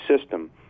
system